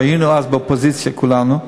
והיינו אז באופוזיציה כולנו,